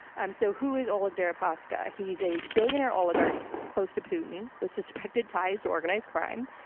um so who is oleg deripaska? he's a billionaire oligarch close to putin with suspected ties to organized crime.